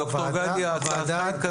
ד"ר גדי, הצעתך התקבלה.